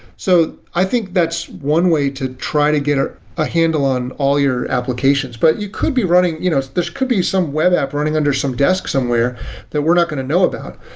so i think that's one way to try to get a ah handle on all your applications, but you could be running you know there could be some web app running under some desk somewhere that we're not going to know about.